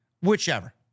Whichever